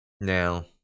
Now